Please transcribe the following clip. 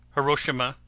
Hiroshima